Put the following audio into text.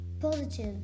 positive